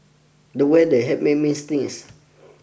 the weather had made me sneeze